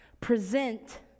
present